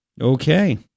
Okay